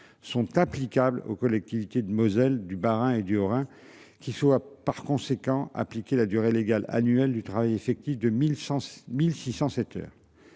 sont applicables aux collectivités de Moselle, du Bas-Rhin et du Haut-Rhin qui soit par conséquent appliquer la durée légale annuelle du travail effectif 2000 chance 1607 heures.